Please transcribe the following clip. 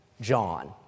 John